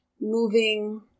moving